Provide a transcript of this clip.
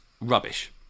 rubbish